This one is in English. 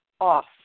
off